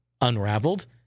unraveled